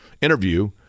interview